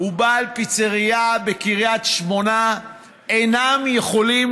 ובעל פיצרייה בקריית שמונה אינם יכולים